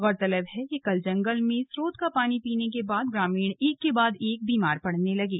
गौरतलब है कि कल को जंगल में स्रोत का पानी पीने के बाद ग्रामीण एक के बाद एक बीमार पड़ने लगे